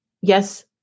yes